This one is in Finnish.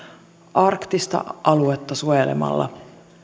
arktista aluetta suojelemalla